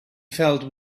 felt